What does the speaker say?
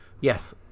Yes